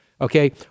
okay